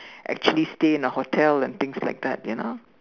actually stay in a hotel and things like that you know